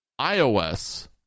iOS